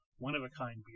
one-of-a-kind